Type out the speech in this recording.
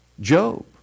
Job